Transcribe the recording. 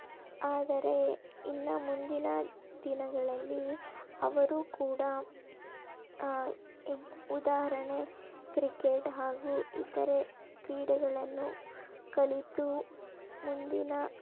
ಆದರೆ ಇನ್ನು ಮುಂದಿನ ದಿನಗಳಲ್ಲಿ ಅವರು ಕೂಡ ಈಗ ಉದಾಹರಣೆ ಕ್ರಿಕೆಟ್ ಹಾಗೂ ಇತರೆ ಕ್ರೀಡೆಗಳನ್ನು ಕಲಿತು ಮುಂದಿನ